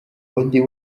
undi